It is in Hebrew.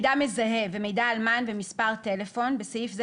ומידע על מען ומספר הטלפון (בסעיף זה,